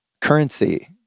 currency